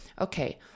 okay